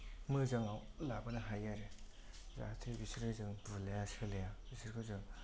मोजाङाव लाबोनो हायो आरो जाहाथे बिसोरो जों बुलाया सैलाया बिसोरखौ जों